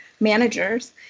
managers